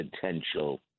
potential